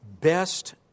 best